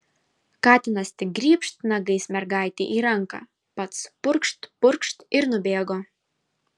katinas tik grybšt nagais mergaitei į ranką pats purkšt purkšt ir nubėgo